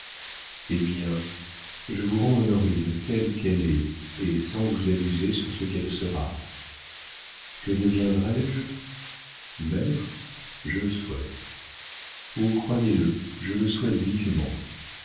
eh bien je vous rends honorine telle qu'elle est et sans vous abuser sur ce qu'elle sera que deviendrai-je mère je le souhaite oh croyez-le je le souhaite vivement